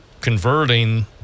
converting